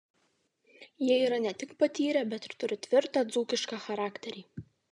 jie yra ne tik patyrę bet ir turi tvirtą dzūkišką charakterį